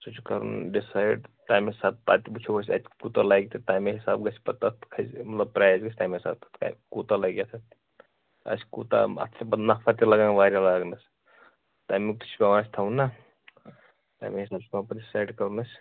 سُہ چھُ کَرُن ڈِسایِڈ تمے ساتہٕ پَتہٕ وُچھَو أسۍ اَتہِ کوٗتاہ لَگہِ تہِ تمے حسابہٕ گژھِ پَتہٕ تَتھ کھسہِ مطلب پرایِز گژھِ تمے حسابہٕ کوٗتاہ لَگہِ اَتھ اَسہِ کوٗتاہ اَتھ چھِ پَتہٕ نَفَر تہِ لگان واریاہ لاگٕنَس تٔمیُک تہِ چھِ پیٚوان اَسہِ تھاوُن نہ تمے حسابہٕ چھِ پیٚوان پتہٕ یہِ سیٚٹ کَرُن اَسہِ